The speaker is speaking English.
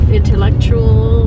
intellectual